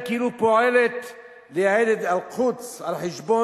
את ההרס של הר-הזיתים לאחר